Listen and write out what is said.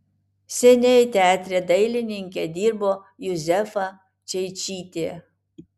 seniai teatre dailininke dirbo juzefa čeičytė